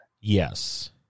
Yes